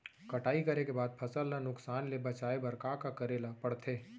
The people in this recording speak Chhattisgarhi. कटाई करे के बाद फसल ल नुकसान ले बचाये बर का का करे ल पड़थे?